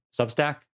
Substack